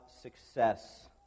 success